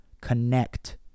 connect